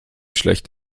schlecht